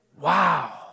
Wow